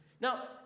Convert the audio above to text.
Now